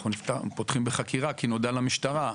אנחנו פותחים בחקירה כי נודע למשטרה.